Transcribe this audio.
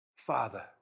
Father